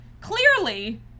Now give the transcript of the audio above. Clearly